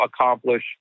accomplish